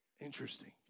Interesting